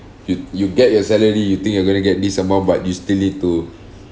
you you get your salary you think you're gonna get this amount but you still need to